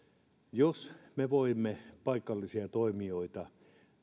jos me voimme paikallisia toimijoita